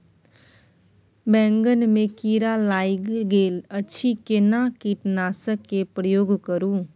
बैंगन में कीरा लाईग गेल अछि केना कीटनासक के प्रयोग करू?